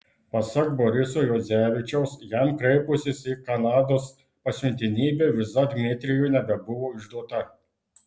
pasak boriso juodzevičiaus jam kreipusis į kanados pasiuntinybę viza dmitrijui nebebuvo išduota